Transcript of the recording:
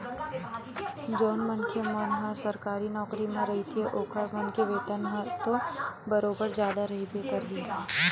जउन मनखे मन ह सरकारी नौकरी म रहिथे ओखर मन के वेतन ह तो बरोबर जादा रहिबे करही